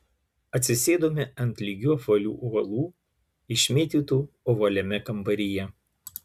atsisėdome ant lygių apvalių uolų išmėtytų ovaliame kambaryje